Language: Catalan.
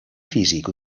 físic